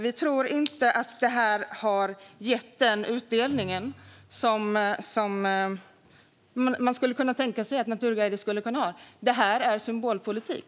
Vi tror inte att detta har gett den utdelning som man skulle kunna tänka sig att naturguider skulle kunna ha. Detta är symbolpolitik.